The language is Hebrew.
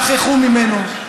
שכחו ממנו,